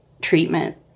treatment